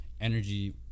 energy